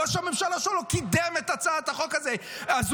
ראש הממשלה שלו קידם את הצעת החוק הזו,